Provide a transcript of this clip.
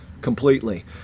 Completely